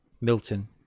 Milton